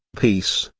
peace,